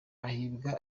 hahirwa